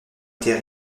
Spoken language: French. été